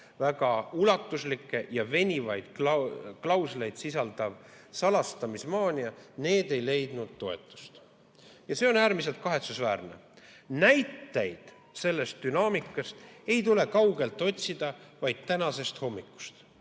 väga ulatuslikke ja venivaid klausleid sisaldav salastamismaania. Need ei leidnud toetust. See on äärmiselt kahetsusväärne. Näiteid sellest dünaamikast ei tule kaugelt otsida, vaid tänasest hommikust.